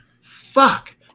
fuck